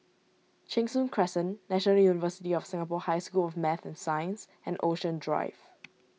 Cheng Soon Crescent National University of Singapore High School of Math and Science and Ocean Drive